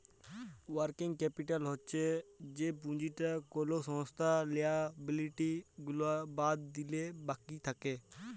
working capital হচ্ছ যে পুঁজিটা কোলো সংস্থার লিয়াবিলিটি গুলা বাদ দিলে বাকি থাক্যে